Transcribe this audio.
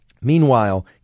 meanwhile